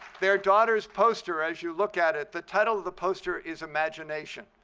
their daughter's poster, as you look at it, the title of the poster is imagination.